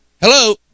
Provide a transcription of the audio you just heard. Hello